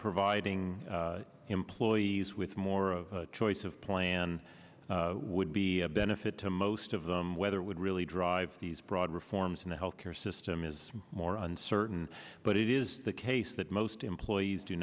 providing employees with more choice of plan would be a benefit to most of them whether it would really drive these broad reforms in the health care system is more uncertain but it is the case that most employees do